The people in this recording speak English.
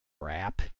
Crap